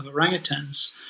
orangutans